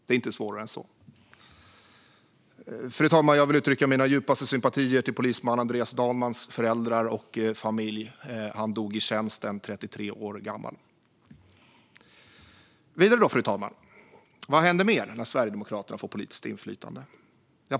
Det är inte svårare än så. Fru talman! Jag vill uttrycka mina djupaste sympatier till polisman Andreas Danmans föräldrar och familj. Han dog i tjänsten, 33 år gammal. Vidare, fru talman, vad händer mer när Sverigedemokraterna får politiskt inflytande?